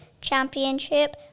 Championship